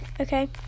okay